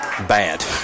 bad